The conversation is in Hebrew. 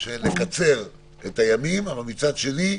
הצעתי לקצר את הימים, אבל מצד שני,